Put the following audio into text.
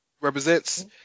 represents